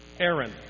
Aaron